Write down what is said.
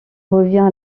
revient